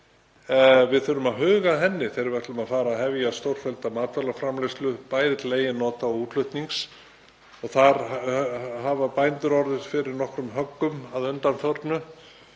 Við þurfum að huga að henni þegar við ætlum að hefja stórfellda matvælaframleiðslu, bæði til eigin nota og útflutnings. Þar hafa bændur orðið fyrir nokkrum höggum að undanförnu